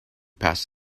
past